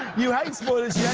you hate spoilers. yeah